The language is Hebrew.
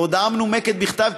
בהודעה מנומקת בכתב,